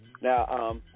Now